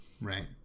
Right